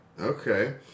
Okay